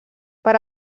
per